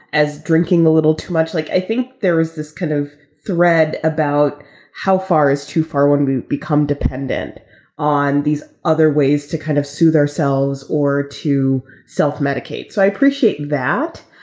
as drinking a little too much, like i think there is this kind of thread about how far is too far when we become dependent on these other ways to kind of soothe ourselves or to self-medicate. so i appreciate that.